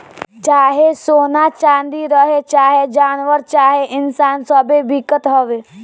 चाहे सोना चाँदी रहे, चाहे जानवर चाहे इन्सान सब्बे बिकत हवे